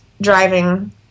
driving